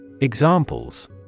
Examples